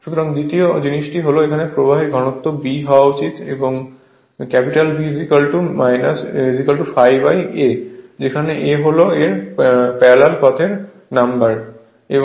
সুতরাং দ্বিতীয় জিনিস হল প্রবাহের ঘনত্ব b হওয়া উচিত B ∅ a যেখানে a এর প্যারালাল পাথ এর নাম্বার হবে